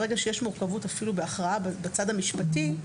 ברגע שיש מורכבות אפילו בהכרעה בצד המשפטי,